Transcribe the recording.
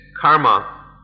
karma